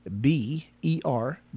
b-e-r